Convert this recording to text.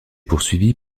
poursuivie